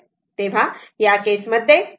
तर या केस मध्ये हे 2 ✕ i ∞ 6 आहे